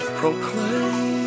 proclaim